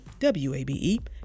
WABE